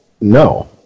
No